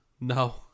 No